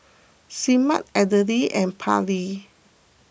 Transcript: Semaj Adele and Parley